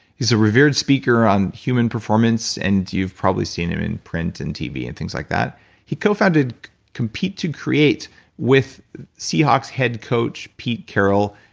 he's a revered speaker on human performance and you've probably seen him in print and tv and things like that he co-founded compete to create with seahawks' head coach, pete carroll,